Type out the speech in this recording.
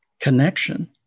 connection